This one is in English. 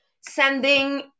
Sending